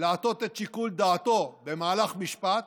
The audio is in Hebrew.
להטות את שיקול דעתו במהלך משפט,